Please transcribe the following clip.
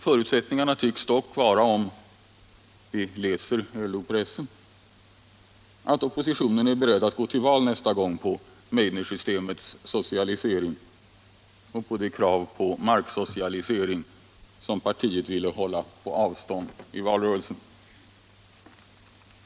Förutsättningarna tycks dock enligt LO-pressen vara att oppositionen är beredd att nästa gång gå till val på Meidnersystemets socialisering och på de krav om marksocialisering som partiet ville hålla på avstånd i valrörelsen.